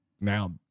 now